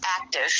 active